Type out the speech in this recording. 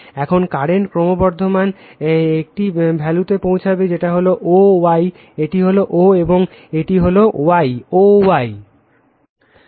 এখন কারেন্ট ক্রমবর্ধমান একটি ভ্যালুতে পৌঁছাবে যেটা হল o y এটি হল o এবং এটি হল y o y